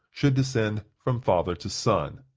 should descend from father to son.